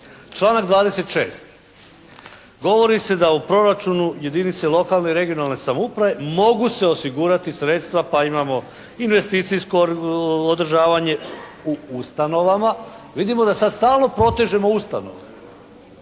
Članak 26. govori se da u proračunu jedinice lokalne i regionalne samouprave mogu se osigurati sredstva, pa imamo investicijsko održavanje u ustanovama. Vidimo da sad stalno protežemo ustanove.